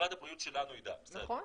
משרד הבריאות שלנו ידע, בסדר.